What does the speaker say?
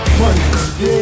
money